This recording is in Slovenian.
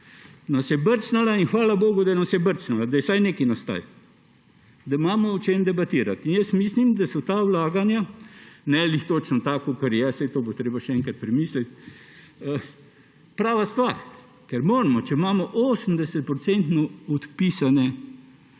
Nas je brcnila in hvala bogu, da nas je brcnila, da je vsaj nekaj nastalo, da imamo o čem debatirati. Mislim, da so ta vlaganja – ne ravno točno ta, saj to bo treba še enkrat premisliti – prava stvar, ker moramo, če imamo 80procentno